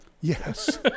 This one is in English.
yes